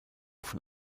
von